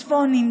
צפונים,